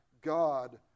God